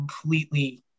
completely